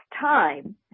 time